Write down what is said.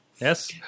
Yes